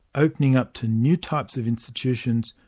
opening up to new types of institutions,